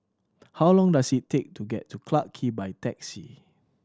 how long does it take to get to Clarke Quay by taxi